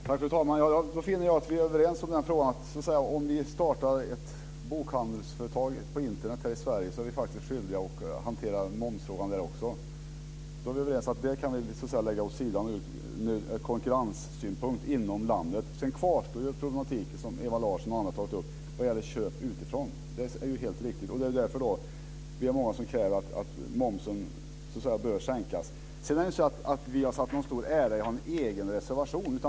Fru talman! Då finner jag att vi är överens om att om vi startar ett bokhandelsföretag på Internet i Sverige är vi faktiskt skyldiga att hantera momsfrågan. Då är vi överens om att vi kan lägga den saken åt sidan när det gäller konkurrenssynpunkten inom landet. Sedan kvarstår det problem som Ewa Larsson och andra har tagit upp, nämligen köp utifrån. Det är helt riktigt. Det är många som kräver att momsen bör sänkas. Vi har inte satt någon stor ära i att ha en egen reservation.